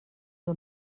del